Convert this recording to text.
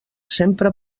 sempre